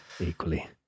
equally